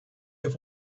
have